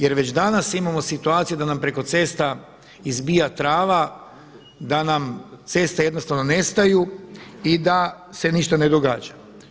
Jer već danas imamo situaciju da nam preko cesta izbija trava, da nam ceste jednostavno nestaju i da se ništa ne događa.